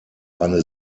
eine